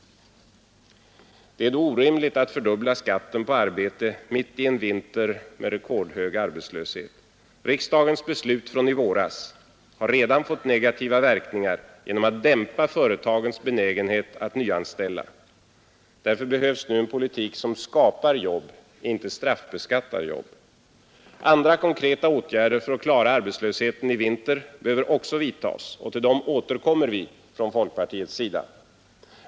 Det är orimligt att fördubbla skatten på arbete mitt i en vinter med rekordhög arbetslöshet. Riksdagens beslut från i våras har redan fått negativa verkningar genom att dämpa företagens benägenhet att nyanställa. Det behövs nu en politik som skapar jobb — inte straffbeskattar jobb. Andra konkreta åtgärder för att klara arbetslösheten i vinter behöver också vidtas, och till dem återkommer vi från folkpartiets sida.